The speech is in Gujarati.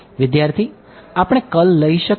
વિદ્યાર્થી આપણે કર્લ લઈ શકીએ